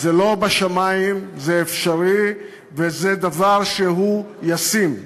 זה לא בשמים, זה אפשרי וזה דבר שהוא ישים.